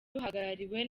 ruhagarariwe